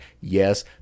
Yes